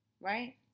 right